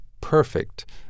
perfect